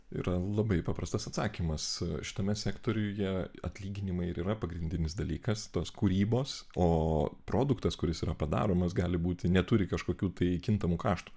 yra labai paprastas atsakymas šitame sektoriuje atlyginimai ir yra pagrindinis dalykas tos kūrybos o produktas kuris yra padaromas gali būti neturi kažkokių tai kintamų kaštų